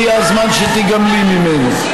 הגיע הזמן שתיגמלי ממנו.